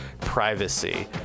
privacy